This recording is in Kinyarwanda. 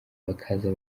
bakaza